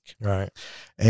Right